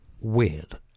weird